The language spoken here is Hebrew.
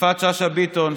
יפעת שאשא ביטון,